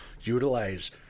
utilize